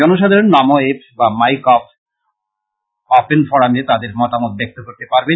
জনসাধারণ নমো এ্যপ বা my government open ফোরামে তাদের মতামত ব্যক্ত করতে পারবেন